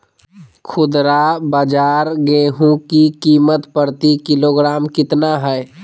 खुदरा बाजार गेंहू की कीमत प्रति किलोग्राम कितना है?